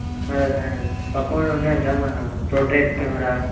తక్కువలో ఉన్నాయా సార్ మన పోర్ట్రేట్ కెమెరా